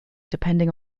depending